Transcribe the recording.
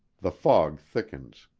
the fog thickens.